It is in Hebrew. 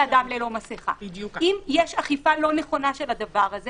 אם יש אכיפה לא נכונה של זה,